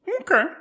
Okay